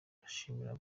ndashima